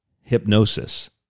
Hypnosis